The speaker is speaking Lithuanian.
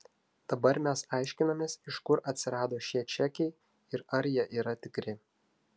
dabar mes aiškinamės iš kur atsirado šie čekiai ir ar jie yra tikri